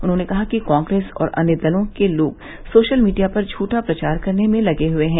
उन्होंने कहा कि कांग्रेस और अन्य दलों के लोग सोशल मीडिया पर झठा प्रवार करने में लगे हुए हैं